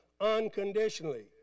unconditionally